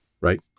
right